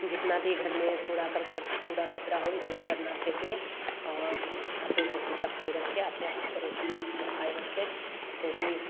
जितना भी घर में कूड़ा करकट कूड़ा कचरा हो इधर उधर ना फेकें और अपने घर की सफाई रखें अपने आस पड़ोस की भी सफाई रखें क्यूँकि